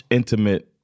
intimate